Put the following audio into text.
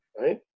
right